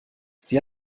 sie